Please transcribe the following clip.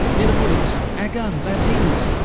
near the woods. our guns, our teams.